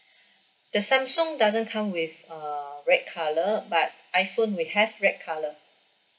the samsung doesn't come with err red colour but iphone we have red colour